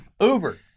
Uber